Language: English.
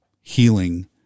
healing